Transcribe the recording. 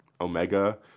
Omega